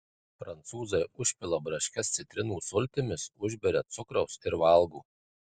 prancūzai užpila braškes citrinų sultimis užberia cukraus ir valgo